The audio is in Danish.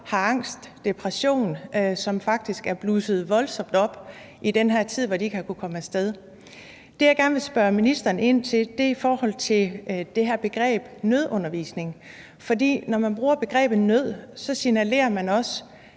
har angst og depression, som faktisk er blusset voldsomt op i den her tid, hvor de ikke har kunnet komme af sted. Det, jeg gerne vil spørge ministeren om, handler om det her begreb nødundervisning. For når man bruger ordet nød, signalerer man også,